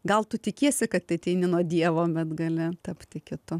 gal tu tikiesi kad ateini nuo dievo bet gali tapti kitu